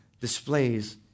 displays